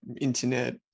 internet